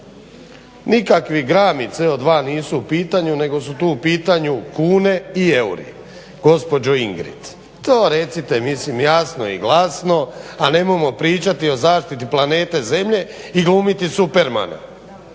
Nikakvi grami CO2 nisu u pitanju nego su tu u pitanju kune i euri gospođo Ingrid, to recite jasno i glasno i nemojmo pričati o zaštiti planete Zemlje i glumiti supermana